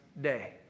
day